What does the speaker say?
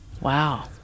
Wow